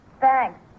Thanks